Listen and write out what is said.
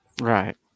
Right